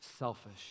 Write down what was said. Selfish